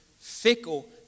fickle